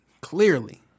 Clearly